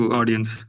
audience